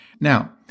Now